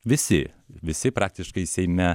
visi visi praktiškai seime